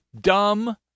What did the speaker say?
dumb